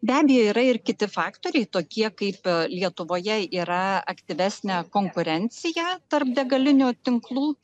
be abejo yra ir kiti faktoriai tokie kaip lietuvoje yra aktyvesnė konkurencija tarp degalinių tinklų